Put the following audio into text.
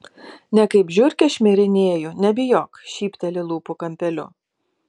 ne kaip žiurkė šmirinėju nebijok šypteli lūpų kampeliu